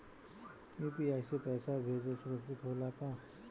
UPI से पैसा भेजल सुरक्षित होला का?